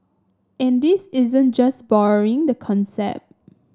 and this isn't just borrowing the concept